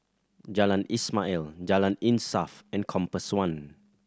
Jalan Ismail Jalan Insaf and Compass One